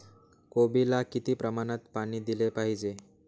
कोबीला किती प्रमाणात पाणी दिले पाहिजे?